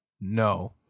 no